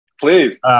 Please